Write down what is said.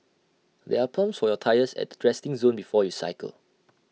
there are pumps for your tyres at the resting zone before you cycle